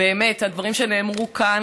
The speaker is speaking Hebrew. הדברים שנאמרו כאן,